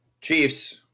Chiefs